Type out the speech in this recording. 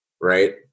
right